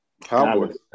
Cowboys